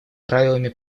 правилами